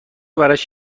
براش